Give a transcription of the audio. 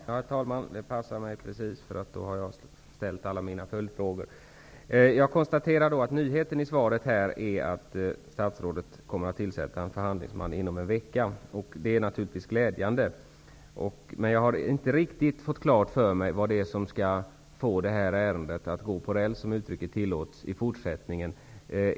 Herr talman! Det passar mig precis, för därmed har jag fått ställa alla mina följdfrågor. Jag konstaterar att nyheten i svaret här är att statsrådet kommer att tillsätta en förhandlingsman inom en vecka. Det är naturligtvis glädjande. Men jag har inte riktigt klart för mig vad det är som skall få det här ärendet att i fortsättningen -- om uttrycket tillåts -- gå som på räls.